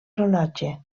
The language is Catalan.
rellotge